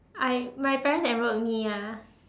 I my parents enrolled me ah